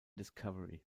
discovery